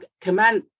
command